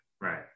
right